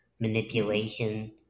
manipulation